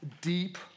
deep